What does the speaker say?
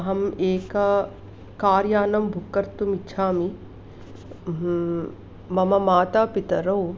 अहम् एकं कार्यानं बुक् कर्तुम् इच्छामि मम मातापितरौ